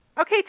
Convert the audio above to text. Okay